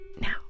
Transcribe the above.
now